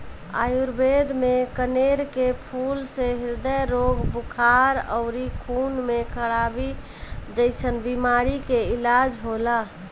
आयुर्वेद में कनेर के फूल से ह्रदय रोग, बुखार अउरी खून में खराबी जइसन बीमारी के इलाज होला